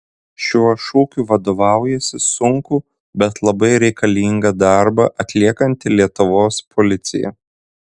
šiuo šūkiu vadovaujasi sunkų bet labai reikalingą darbą atliekanti lietuvos policija